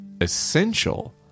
essential